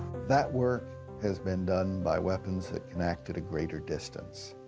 that work has been done by weapons that can act at a greater distance.